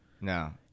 No